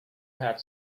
had